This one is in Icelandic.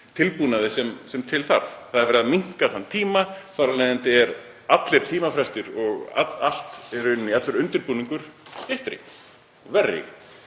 tilbúnaði sem til þarf. Það er verið að minnka þann tíma. Þar af leiðandi eru allir tímafrestir og allt í rauninni, allur undirbúningur, styttri og verri,